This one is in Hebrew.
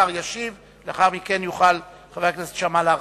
השר ישיב ולאחר מכן יוכל חבר הכנסת שאמה להרחיב.